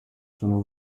sono